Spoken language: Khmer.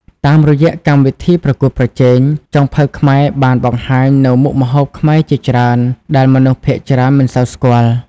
តាមរយៈកម្មវិធីប្រកួតប្រជែង ចុងភៅខ្មែរបានបង្ហាញនូវមុខម្ហូបខ្មែរជាច្រើនដែលមនុស្សភាគច្រើនមិនសូវស្គាល់។